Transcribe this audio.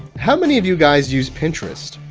how many of you guys use pinterest?